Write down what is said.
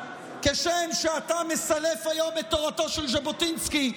כשם שאתה מסלף היום את תורתו של ז'בוטינסקי,